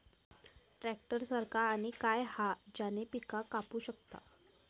Tractor सारखा आणि काय हा ज्याने पीका कापू शकताव?